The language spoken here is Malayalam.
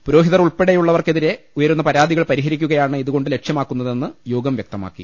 പുരോ ഹിതർ ഉൾപ്പെടെ ഉള്ളവർക്കെതിരെ ഉയരുന്ന പരാതികൾ പരിഹരി ക്കുകയാണ് ഇതുകൊണ്ട് ലക്ഷ്യമാക്കുന്ന്തെന്ന് യോഗം വ്യക്തമാ ക്കി